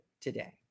today